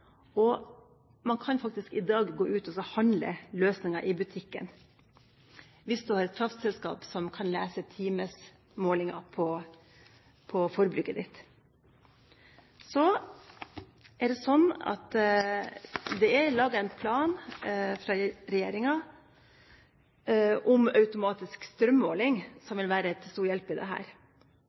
og man kan faktisk i dag gå ut og handle løsninger i butikken hvis man har et kraftselskap som kan lese timemålinger når det gjelder forbruket. Så er det sånn at det er laget en plan fra regjeringa om automatisk strømmåling, som vil være til stor hjelp i